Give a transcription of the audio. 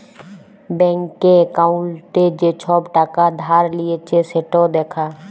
ব্যাংকে একাউল্টে যে ছব টাকা ধার লিঁয়েছে সেট দ্যাখা